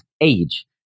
age